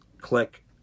Click